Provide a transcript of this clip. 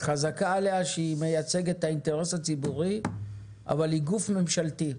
חזקה עליה שהיא מייצגת את האינטרס הציבורי אבל היא גוף ממשלתי.